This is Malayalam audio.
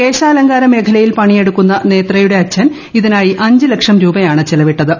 കേശാലങ്കാര മേഖലയിൽ പണിയെടുക്കുന്ന നേത്രയുടെ അച്ഛൻ ഇതിനായി അഞ്ച് ലക്ഷം രൂപയാണ് ചെലവിട്ടത്